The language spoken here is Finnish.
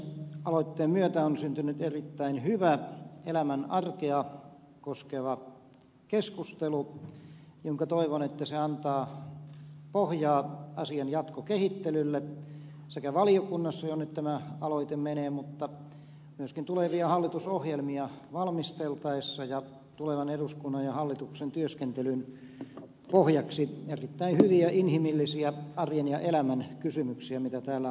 aloitteen myötä on syntynyt erittäin hyvä elämän arkea koskeva keskustelu jonka toivon antavan pohjaa asian jatkokehittelylle sekä valiokunnassa jonne tämä aloite menee mutta myöskin tulevia hallitusohjelmia valmisteltaessa ja tulevan eduskunnan ja hallituksen työskentelyn pohjaksi erittäin hyviä inhimillisiä arjen ja elämän kysymyksiä mitä täällä on tullut esille